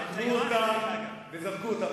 עקרו אותם וזרקו אותם.